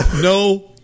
no